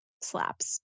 slaps